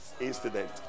incident